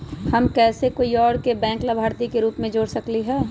हम कैसे कोई और के बैंक लाभार्थी के रूप में जोर सकली ह?